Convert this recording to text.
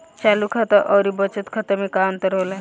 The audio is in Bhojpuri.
चालू खाता अउर बचत खाता मे का अंतर होला?